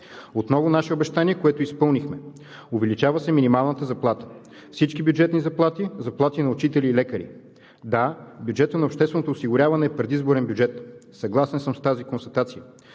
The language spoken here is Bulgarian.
Отново наше обещание, което изпълнихме. Увеличава се минималната заплата, всички бюджетни заплати, заплати на учители и лекари. Да, бюджетът на общественото осигуряване е предизборен бюджет. Съгласен съм с тази констатация.